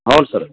ಹೌದು ಸರ